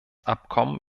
abkommen